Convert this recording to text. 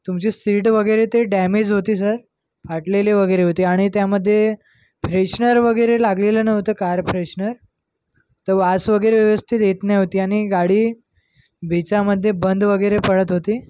तुमची सीट वगैरे ते डॅमेज होती सर फाटलेली वगैरे होती आणि त्यामध्ये फ्रेशनर वगैरे लागलेलं नव्हतं कार फ्रेशनर तर वास वगैरे व्यवस्थित येत नव्हती आणि गाडी बिचामध्ये बंद वगैरे पडत होती